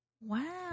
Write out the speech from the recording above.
Wow